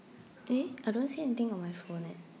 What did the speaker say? eh I don't see anything on my phone eh